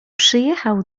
przyjechał